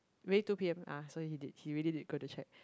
maybe two p_m ah so he did he really did go to check